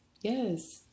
yes